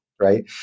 right